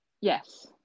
Yes